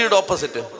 opposite